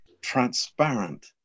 transparent